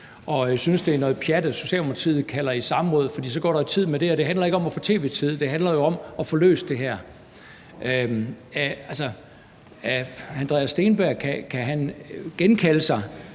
Hun synes, at det er noget pjat, at Socialdemokratiet indkalder til samråd, for så går der jo tid med det, og det handler jo ikke om at få tv-tid, det handler jo om at få løst det her. Kan hr. Andreas Steenberg genkalde sig